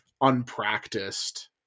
unpracticed